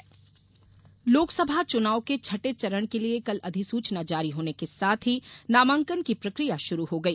नामांकन लोकसभा चुनाव के छठे चरण के लिए कल अधिसूचना जारी होने के साथ ही नामांकन की प्रकिया षुरू हो गई